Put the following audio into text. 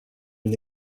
une